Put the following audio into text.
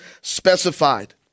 specified